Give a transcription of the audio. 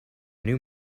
new